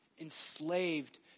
enslaved